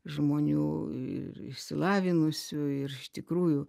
žmonių ir išsilavinusių ir iš tikrųjų